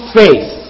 faith